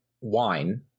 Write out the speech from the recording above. wine